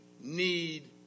need